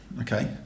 Okay